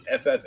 FF